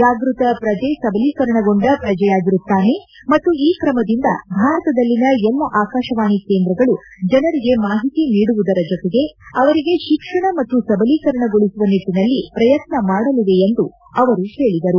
ಜಾಗ್ಸತ ಪ್ರಜೆ ಸಬಲೀಕರಣಗೊಂಡ ಪ್ರಜೆಯಾಗಿರುತ್ತಾನೆ ಮತ್ತು ಈ ಕ್ರಮದಿಂದ ಭಾರತದಲ್ಲಿನ ಎಲ್ಲಾ ಆಕಾಶವಾಣಿ ಕೇಂದ್ರಗಳು ಜನರಿಗೆ ಮಾಹಿತಿ ನೀಡುವುದರ ಜತೆಗೆ ಅವರಿಗೆ ಶಿಕ್ಷಣ ಮತ್ತು ಸಬಲೀಕರಣಗೊಳಿಸುವ ನಿಟ್ಟನಲ್ಲಿ ಪ್ರಯತ್ನ ಮಾಡಲಿವೆ ಎಂದು ಅವರು ಹೇಳಿದರು